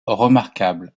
remarquable